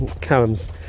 Callum's